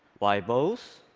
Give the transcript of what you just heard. why bows?